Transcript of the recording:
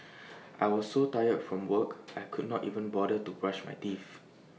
I was so tired from work I could not even bother to brush my teeth